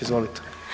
Izvolite.